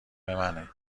منه